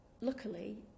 Luckily